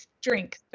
drink